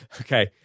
Okay